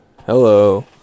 Hello